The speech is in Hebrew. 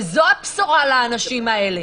וזו הבשורה לאנשים האלה,